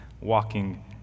walking